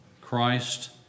Christ